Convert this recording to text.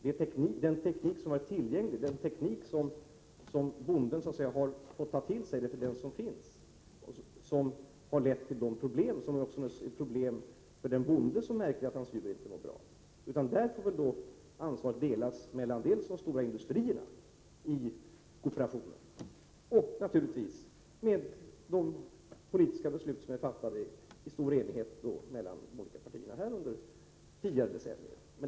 Det är den teknik som har varit tillgänglig och som bonden har fått ta till sig som har lett till problem för den bonde som märkt att hans djur inte mått bra. Där får ansvaret delas mellan de stora industrierna i kooperationen och dem som deltagit i politiska beslut som fattades i stor enighet mellan de olika partierna under tidigare decennier.